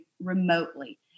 remotely